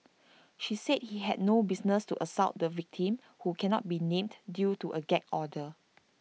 she said he had no business to assault the victim who cannot be named due to A gag order